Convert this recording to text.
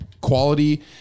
quality